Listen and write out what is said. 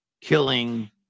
killing